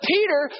Peter